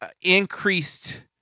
increased –